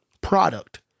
product